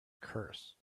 curse